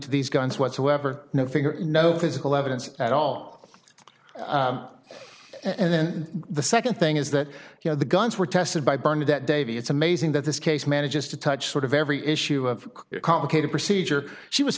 to these guns whatsoever no figure no physical evidence at all and then the second thing is that you know the guns were tested by bernadette davy it's amazing that this case manages to touch sort of every issue of complicated procedure she was